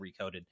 recoded